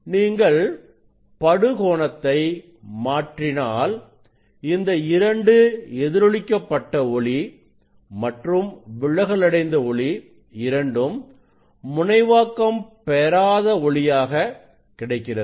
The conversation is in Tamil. நீங்கள் படு கோணத்தை மாற்றினால் இந்த இரண்டு எதிரொளிக்கப் பட்ட ஒளி மற்றும் விலகல் அடைந்த ஒளி இரண்டும் முனைவாக்கம் பெறாத ஒளியாக கிடைக்கிறது